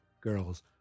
girls